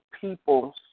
people